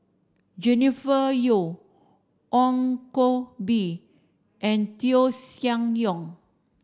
Jennifer Yeo Ong Koh Bee and Koeh Sia Yong